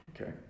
okay